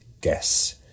guess